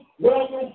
welcome